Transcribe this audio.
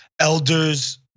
elders